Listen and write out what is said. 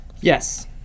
Yes